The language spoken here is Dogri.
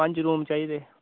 पंज रूम चाहिदे